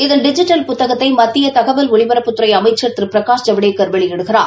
இதன் டிஜிட்டல் புத்தகத்தை மத்திய தகவல் ஒலிபரப்புத்துறை அமைச்சர் திரு பிரகாஷ் ஜவடேக்கர் வெளியிடுகிறார்